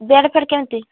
bed ଫେଡ୍ କେମିତି